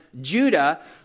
Judah